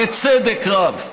בצדק רב.